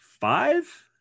five